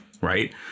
right